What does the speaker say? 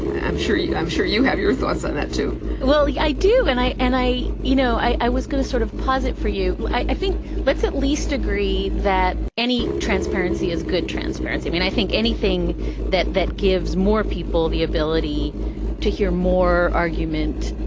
i'm sure you i'm sure you have your thoughts on that, too well, i do. and i and i you know, i i was going to sort of posit for you. i i think let's at least agree that any transparency is good transparency. i mean, i think anything that that gives more people the ability to hear more argument.